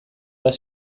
bat